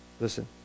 Listen